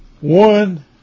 One